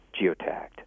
geotagged